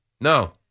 no